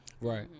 right